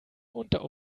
unter